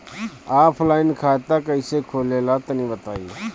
Offline खाता कइसे खुलेला तनि बताईं?